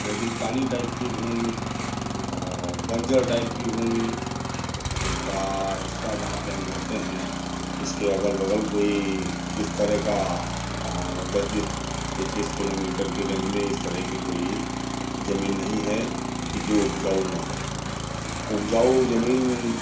रेगिस्तानी टाइप की भूमि और बंजर टाइप की भूमि का हिस्सा जहाँ पे हम रहते हैं इसके अगल बगल कोई इस तरह का बत्तीस पच्चीस किलोमीटर की रेंज में इस तरह की कोई जमीन नहीं है कि जो उपजाऊ न हो उपजाऊ जमीन